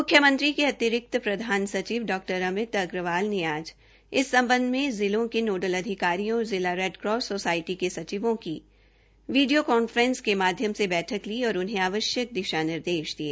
मुख्यमंत्री के अतिरिक्त प्रधान सचिव डॉ अमित अग्रवाल ने आज इस सम्बंध में जिलों के नोडल अधिकारियों और जिला रेड क्रॉस सोसाइटी के सचिवों की बैठक ली और उन्हें आवश्यक दिशा निर्देश दिए